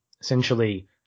essentially